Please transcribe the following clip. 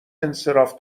انصراف